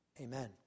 Amen